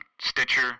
Stitcher